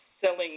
selling